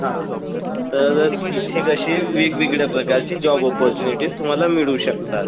हा तर तिथे कसे वेगवेगळ्या प्रकारचे जॉब अपॉर्च्युनिटीज तुम्हाला मिळू शकतात